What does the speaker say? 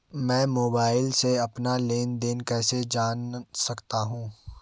मैं मोबाइल से अपना लेन लेन देन कैसे जान सकता हूँ?